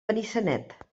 benissanet